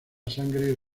sangre